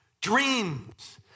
dreams